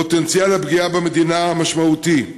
פוטנציאל הפגיעה במדינה הוא משמעותי.